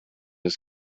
his